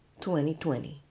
2020